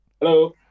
Hello